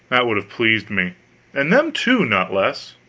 that would have pleased me and them, too, not less.